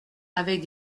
avec